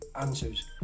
answers